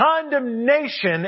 condemnation